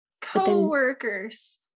co-workers